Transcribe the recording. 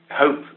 hope